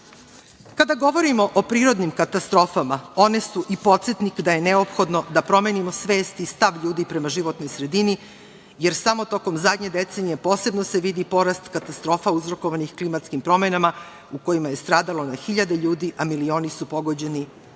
govorimo o prirodnim katastrofama, one su i podsetnik da je neophodno da promenimo svest i stav ljudi prema životnoj sredini, jer samo tokom zadnje decenije posebno se vidi porast katastrofa uzrokovanih klimatskim promenama u kojima je stradalo na hiljade ljudi, a milioni su pogođeni